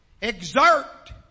exert